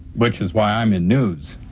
which is why i'm in news.